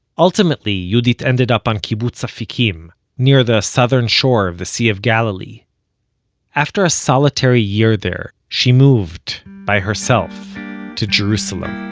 ultimately, yehudit ended up on kibbutz afikim, near the southern shore of the sea of galilee after a solitary year there, she moved by herself to jerusalem.